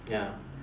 ya